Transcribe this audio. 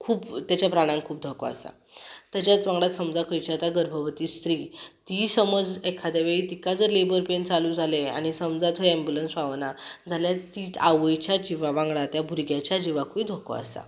खूब ताच्या प्राणाक खूब धोको आसा ताचेच वांगडा समजा खंयची आता गर्भवती स्त्री ती समज एखाद्या वेळी तिका जर लेबर पेन चालू जाले आनी समजा थंय अँबुलन्स पावना जाल्यार ती आवयच्या जिवा वांगडा त्या भुरग्याच्या जिवाकूय धोको आसा आतां